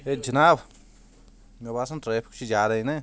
ہے جناب مےٚ باسان ٹریفک چھُ زیادے نہ